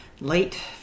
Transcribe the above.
late